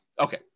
Okay